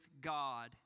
God